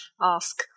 ask